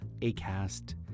ACAST